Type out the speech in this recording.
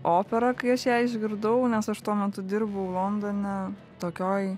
opera kai aš ją išgirdau nes aš tuo metu dirbau londone tokioj